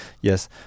Yes